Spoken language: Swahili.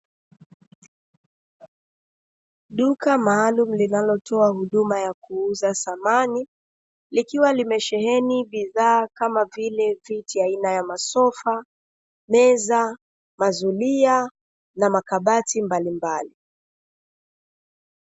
Duka maalumu linalotoa huduma ya kuuza samani, likiwa limesheheni bidhaa kama vile: viti aina ya masofa, meza, mazulia na makabati mbalimbali.